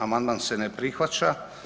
Amandman se ne prihvaća.